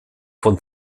von